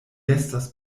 estas